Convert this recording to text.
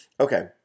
Okay